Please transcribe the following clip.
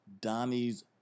donnie's